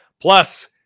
Plus